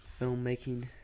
filmmaking